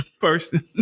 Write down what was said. person